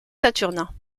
saturnin